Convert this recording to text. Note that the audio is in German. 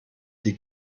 die